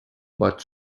but